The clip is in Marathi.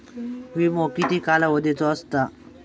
विमो किती कालावधीचो असता?